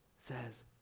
says